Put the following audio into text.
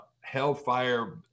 hellfire